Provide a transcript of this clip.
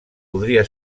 podria